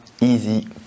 easy